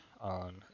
on